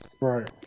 Right